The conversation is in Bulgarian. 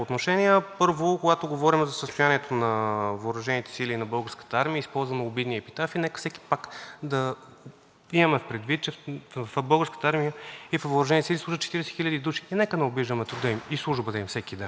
имаме предвид, че в Българската армия и във въоръжените сили служат 40 хиляди души. Нека не обиждаме труда им и службата им всеки ден – те не заслужават това отношение. Второ, като си говорим за модернизация на армията, да, прекрасно, надявам се да продължите тази нова политика